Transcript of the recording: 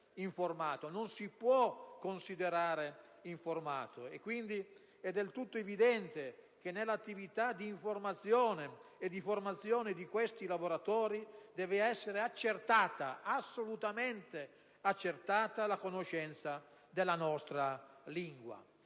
non si può considerare informato. È quindi del tutto evidente che nell'attività di informazione e di formazione di questi lavoratori deve essere assolutamente accertata la conoscenza della nostra lingua.